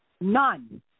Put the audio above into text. None